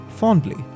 Fondly